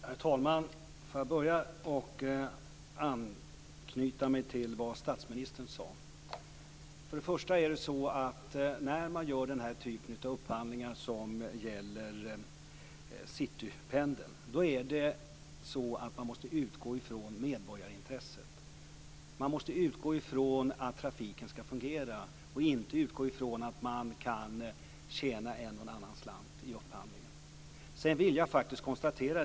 Herr talman! Jag skulle vilja börja med att anknyta till vad statsministern sade. Först och främst är det så att när man gör den typ av upphandlingar som gäller Citypendeln måste man utgå från medborgarintresset. Man måste utgå från att trafiken ska fungera, inte från att man kan tjäna en eller annan slant vid upphandlingen.